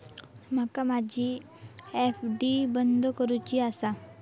माका माझी एफ.डी बंद करुची आसा